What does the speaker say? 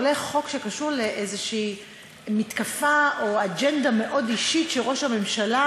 עולה חוק שקשור לאיזושהי מתקפה או אג'נדה אישית מאוד שראש הממשלה